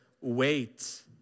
wait